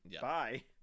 bye